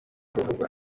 kuvugwa